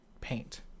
paint